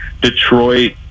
Detroit